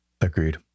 Agreed